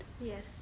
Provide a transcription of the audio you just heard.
Yes